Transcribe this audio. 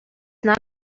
not